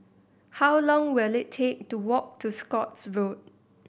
how long will it take to walk to Scotts Road